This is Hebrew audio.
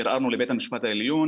בית המשפט,